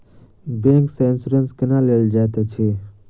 bank सँ insurance केना लेल जाइत अछि